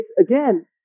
again